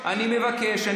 אני מבקש,